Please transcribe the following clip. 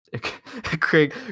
Craig